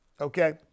Okay